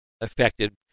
affected